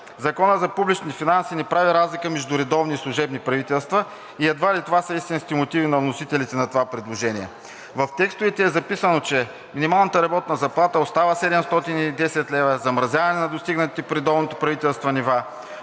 Законът за публичните финанси не прави разлика между редовни и служебни правителства и едва ли това са истинските мотиви на вносителите на това предложение. В текстовете е записано, че минималната работна заплата остава 710 лв., замразяване на достигнатите при редовното правителство нива,